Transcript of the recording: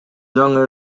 жаңы